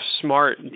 smart